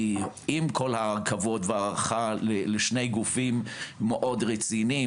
עם כל הכבוד וההערכה לשני הגופים המאוד רציניים,